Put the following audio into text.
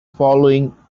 following